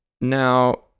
now